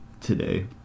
today